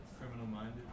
Criminal-minded